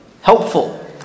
Helpful